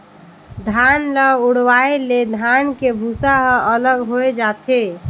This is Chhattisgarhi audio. धान ल उड़वाए ले धान के भूसा ह अलग होए जाथे